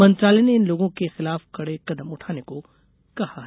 मंत्रालय ने इन लोगों के खिलाफ कड़े कदम उठाने को कहा है